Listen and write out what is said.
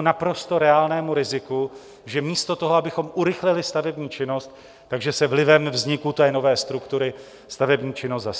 naprosto reálnému riziku, že místo toho, abychom urychlili stavební činnost, že se vlivem vzniku nové struktury stavební činnost zastaví.